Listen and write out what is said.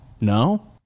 no